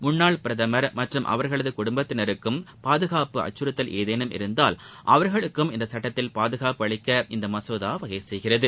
முன்னாள் பிரதமர் மற்றும் அவர்களது குடும்பத்தினருக்கும் பாதுகாப்பு அச்கறத்தல் ஏதேனும் இருந்தால் அவர்களுக்கும் இச்சட்டத்தில் பாதுகாப்பு அளிக்க மசோதா வகை செய்கிறது